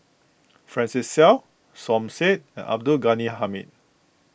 Francis Seow Som Said and Abdul Ghani Hamid